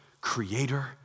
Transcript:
creator